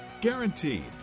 Guaranteed